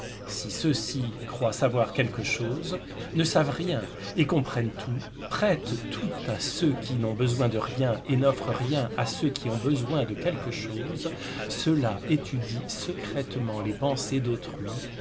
si ceux-ci croient savoir quelque chose ne savent rien et comprennent tout prêtent tout à ceux qui n'ont besoin de rien et n'offrent rien à ceux qui ont besoin de quelque chose ceux-là étudient secrètement les pensées d'autrui